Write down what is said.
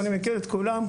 ואני מכיר את כולם,